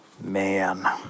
man